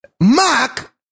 Mark